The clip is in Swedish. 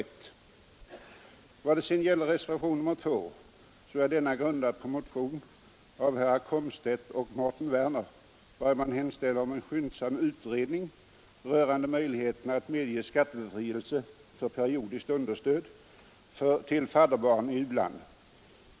1 november 1972 Reservationen 2 är grundad på en motion av herrar Komstedt och — Werner i Malmö vari man hemställer om en skyndsam utredning rörande Rätt till avdrag vid möjligheterna att medge skattebefrielse för periodiskt understöd till inkomstbeskattfadderbarn i u-land.